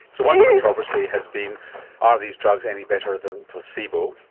so one controversy has been are these drugs any better than placebo?